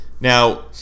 Now